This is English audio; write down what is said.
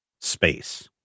space